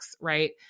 right